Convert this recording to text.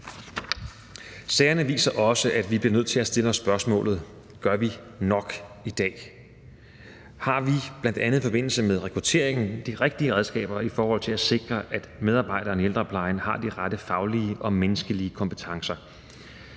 Sagerne viser også, at vi bliver nødt til at stille os spørgsmålene: Gør vi nok i dag? Og har vi bl.a. i forbindelse med rekrutteringen de rigtige redskaber i forhold til at sikre, at medarbejderne i ældreplejen har de rette faglige og menneskelige kompetencer?